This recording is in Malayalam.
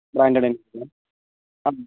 ബ്രാൻ്റഡ് തന്നെയാണോ